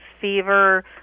fever